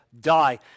die